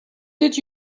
did